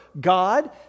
God